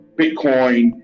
Bitcoin